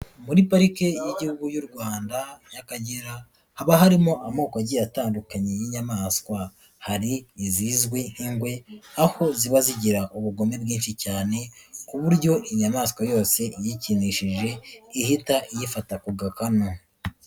Muri parike y'igihugu y'u Rwanda y'Akagera, haba harimo amoko agiye atandukanye y'inyamaswa, hari izizwi nk'ingwe, aho ziba zigira ubugome bwinshi cyane ku buryo inyamaswa yose iyikinishije ihita iyifata ku gakanu.